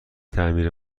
تعمیر